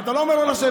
אתה לא אומר לו לשבת.